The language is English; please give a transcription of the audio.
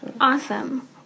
awesome